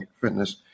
fitness